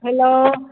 hello